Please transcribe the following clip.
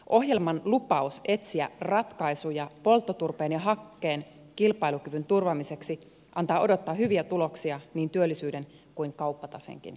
ohjelman lupaus etsiä ratkaisuja polttoturpeen ja hakkeen kilpailukyvyn turvaamiseksi antaa odottaa hyviä tuloksia niin työllisyyden kuin kauppataseenkin kannalta